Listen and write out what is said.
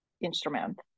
instrument